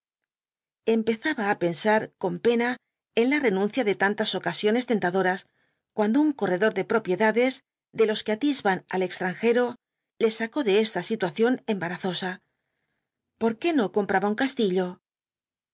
empezaba á pensar con pena en la renuncia de tantas ocasiones tentadoras cuando un corredor de propiedades de los que atisban al extranjero le sacó de esta situación embarazosa por qué no compraba un castillo